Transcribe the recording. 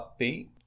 upbeat